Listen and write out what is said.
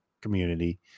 community